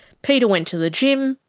peter went to the gym,